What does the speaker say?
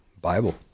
bible